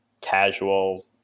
casual